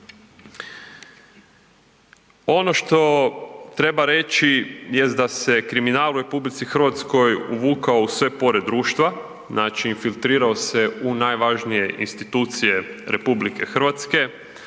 Ono što treba reći jest da se kriminal u RH uvukao u sve pore društva, infiltrirao se u najvažnije institucije RH,